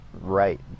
right